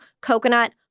coconut